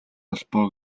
холбоо